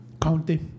county